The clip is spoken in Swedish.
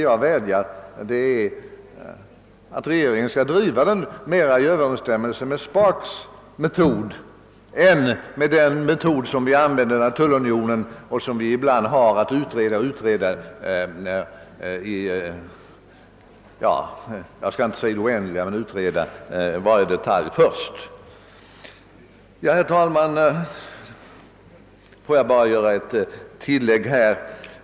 Jag vädjar alltså om att regeringen skall handla mer i överensstämmelse med Spaaks metod än med den metod vi använde när det gällde tullunionen — och även ibland vid andra tillfällen — nämligen att utreda varje detalj innan ställning tages. Herr talman! Låt mig endast göra ett tillägg.